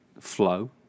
flow